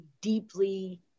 deeply